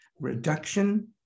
reduction